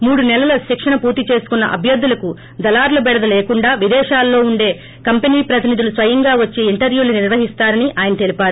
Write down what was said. మూడు నెలల శిక్షణ పూర్తి చేసుకున్న అభ్యర్గులకు దళారుల బెడద లేకుండా విదేశాల్లో వుండే కంపెనీప్రతినిధులు స్వయంగా వచ్చి ఇంటర్క్క్కాలు నిర్వహిస్తారని ఆయన తెలిపారు